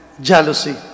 jealousy